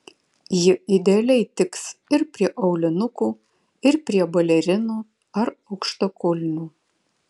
ji idealiai tiks ir prie aulinukų ir prie balerinų ar aukštakulnių